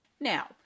Now